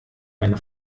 meine